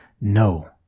No